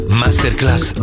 masterclass